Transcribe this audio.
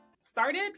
Started